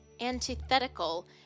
antithetical